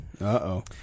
Uh-oh